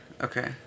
Okay